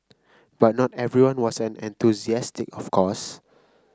but not everyone was an enthusiastic of course